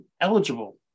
eligible